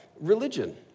religion